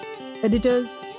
editors